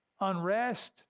unrest